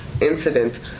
incident